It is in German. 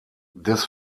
des